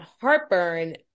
heartburn